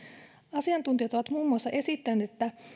asiantuntijat ovat muun muassa esittäneet että